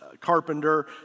carpenter